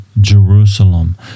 Jerusalem